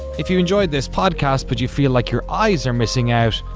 if you enjoyed this podcast but you feel like your eyes are missing out,